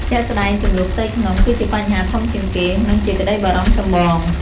ជាក់ស្ដែង ជម្លោះផ្ទៃក្នុង គឺជាបញ្ហាធំជាងគេ និងជាក្តីបារម្ភចម្បង។